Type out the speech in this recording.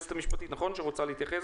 היועצת המשפטית אורית שרייבר רוצה להתייחס